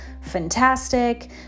fantastic